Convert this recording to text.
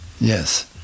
yes